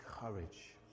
courage